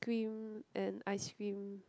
cream and ice cream